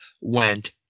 went